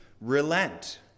relent